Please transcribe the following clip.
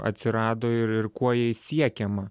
atsirado ir ir kuo jais siekiama